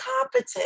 competent